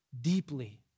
deeply